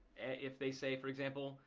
if they say, for example,